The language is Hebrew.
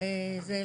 היא לא